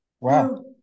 Wow